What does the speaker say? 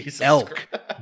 elk